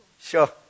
Sure